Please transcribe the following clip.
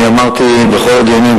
אמרתי בכל הדיונים,